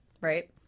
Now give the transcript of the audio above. right